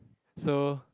so